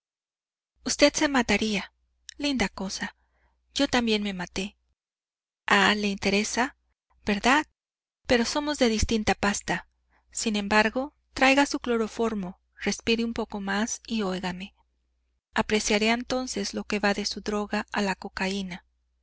usted se mataría linda cosa yo también me maté ah le interesa verdad pero somos de distinta pasta sin embargo traiga su cloroformo respire un poco más y óigame apreciará entonces lo que va de su droga a la cocaína